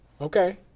Okay